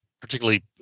particularly